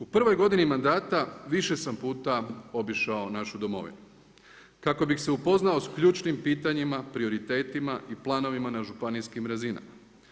U prvoj godini mandata više sam puta obišao našu Domovinu kako bih se upoznao sa ključnim pitanjima, prioritetima i planovima na županijskim razinama.